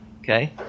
okay